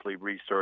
researched